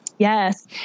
Yes